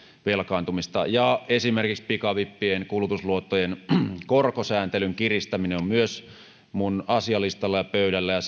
velkaantumista esimerkiksi pikavippien kulutusluottojen korkosääntelyn kiristäminen on myös minun asialistallani ja pöydällä ja